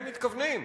הם מתכוונים.